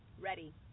Ready